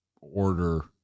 order